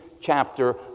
chapter